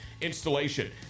installation